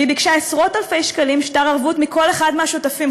והיא ביקשה עשרות-אלפי שקלים שטר ערבות מכל אחד מהשותפים,